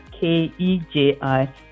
K-E-J-I